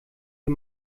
wir